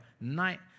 night